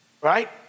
right